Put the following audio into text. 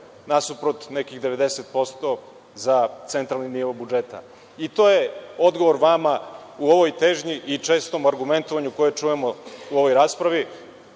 nasuprot nekih 90% za centralni budžet. To je odgovor vama u ovoj težnji i često argumentovanju koje čujemo u ovoj raspravi,